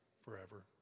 forever